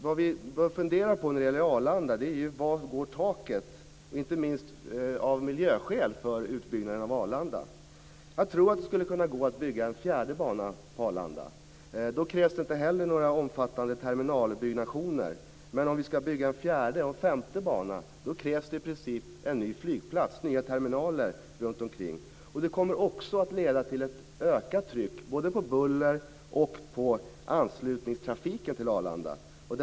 Vad vi bör fundera på när det gäller Arlanda, inte minst av miljöskäl, är var taket går för utbyggnaden. Jag tror att det skulle kunna gå att bygga en fjärde bana på Arlanda. Då krävs inte heller några omfattande terminalbyggnationer. Men om vi ska bygga en fjärde och en femte bana krävs det i princip en ny flygplats, med nya terminaler runtomkring. Det kommer också att leda till ett ökat tryck både på buller och på anslutningstrafik till Arlanda.